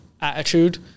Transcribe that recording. attitude